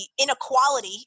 inequality